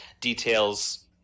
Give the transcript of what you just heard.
details